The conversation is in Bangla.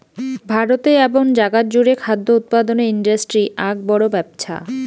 ভারতে এবং জাগাত জুড়ে খাদ্য উৎপাদনের ইন্ডাস্ট্রি আক বড় ব্যপছা